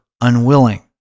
unwilling